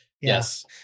Yes